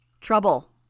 Trouble